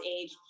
age